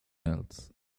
else